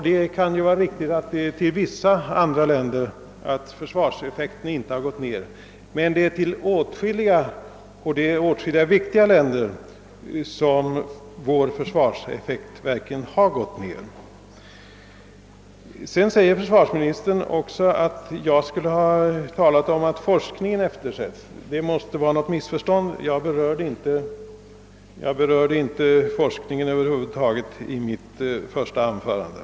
Det kan vara riktigt att vår försvarseffekt inte minskat vid en jämförelse med vissa andra länder, men i förhållande till åtskilliga viktiga stater har vår försvarseffekt verkligen blivit försämrad. Försvarsministern yttrade också att jag skulle ha påstått att forskningen eftersätts, men detta måste vara ett missförstånd eftersom jag över huvud taget inte berörde forskningen i mitt första anförande.